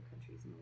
countries